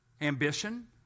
Ambition